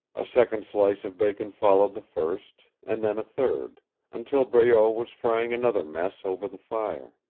a second slice of bacon followed the first, and then a third until breault was frying another mess over the fire.